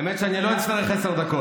האמת היא שאני לא אצטרך עשר דקות.